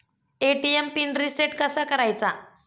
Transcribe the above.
ATM PIN reset कसा करायचा?